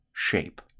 shape